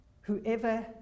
Whoever